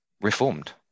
Reformed